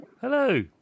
Hello